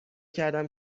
کردم